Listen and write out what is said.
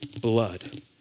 Blood